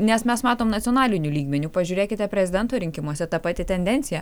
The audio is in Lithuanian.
nes mes matom nacionaliniu lygmeniu pažiūrėkite prezidento rinkimuose ta pati tendencija